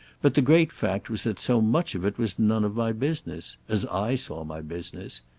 but the great fact was that so much of it was none of my business as i saw my business.